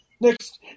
Next